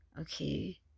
okay